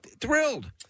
thrilled